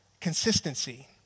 consistency